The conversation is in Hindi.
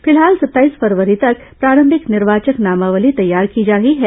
फिलहाल सत्ताईस फरवरी तक प्रारंभिक निर्वाचक नामावली तैयार की जा रही है